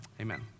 amen